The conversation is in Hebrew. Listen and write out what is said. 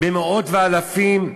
במאות ואלפים,